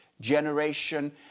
generation